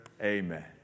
Amen